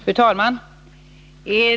Fru talman!